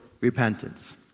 repentance